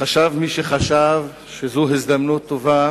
חשב מי שחשב שזו הזדמנות טובה